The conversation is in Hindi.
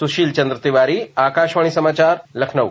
सुशील चंद्र तिवारी आकाशवाणी समाचार लखनऊ